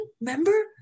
Remember